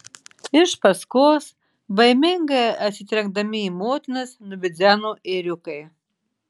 iš paskos baimingai atsitrenkdami į motinas nubidzeno ėriukai